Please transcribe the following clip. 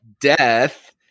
death